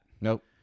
Nope